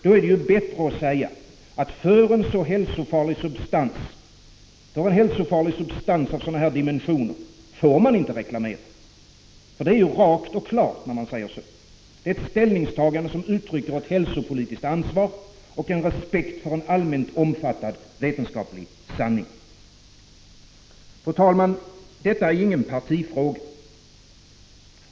Det är bättre att säga, att för en hälsofarlig substans av sådana här dimensioner får man inte reklamera. Det är rakt och klart. Det är ett ställningstagande som uttrycker ett hälsopolitiskt ansvar och en respekt för en allmänt omfattad vetenskaplig sanning. Fru talman! Detta är ingen partifråga.